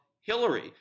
Hillary